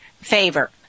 favor